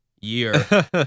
year